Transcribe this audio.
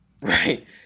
right